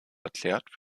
erklärt